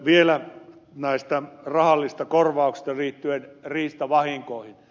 vielä näistä rahallisista korvauksista liittyen riistavahinkoihin